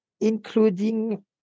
including